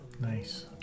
Nice